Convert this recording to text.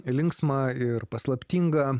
linksmą ir paslaptingą